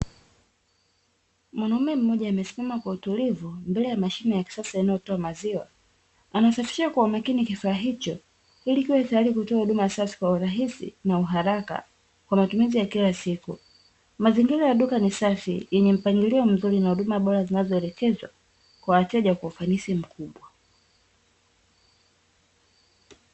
Mwanaume mmoja amesimama kwa utulivu mbele ya mashine ya kisasa inayotoa maziwa, anasafisha kwa umakini kifaa hicho ili kiwe tayari kutoa huduma safi, kwa urahisi na uharaka ,kwa matumizi ya kila siku. Mazingira ya duka ni safi yenye mpanglio mzuri na huduma bora zinazoelekezwa kwa wateja, kwa ufanisi mkubwa.